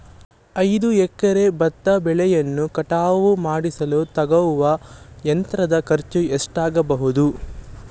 ಐದು ಎಕರೆ ಭತ್ತ ಬೆಳೆಯನ್ನು ಕಟಾವು ಮಾಡಿಸಲು ತಗಲುವ ಯಂತ್ರದ ಖರ್ಚು ಎಷ್ಟಾಗಬಹುದು?